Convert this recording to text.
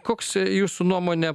koks jūsų nuomone